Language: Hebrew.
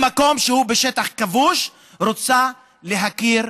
במקום שהוא בשטח כבוש היא רוצה להכיר,